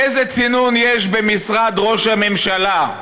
איזה צינון יש במשרד ראש הממשלה,